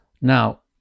now